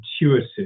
intuitive